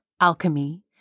alchemy